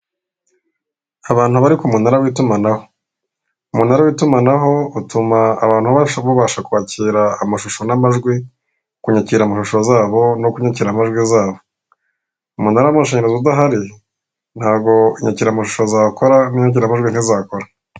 Abantu bari ku munara w'itumanaho umunara w'itumanaho utuma abantu basha bababasha kwakira amashusho n'amajwi, kunyakira mashusho zabo no kunyakira amajwi zabo, umunara w'itumanaho udahari ntabwo inyakiramashusho zakora n'inyokiramajwi ntizakora.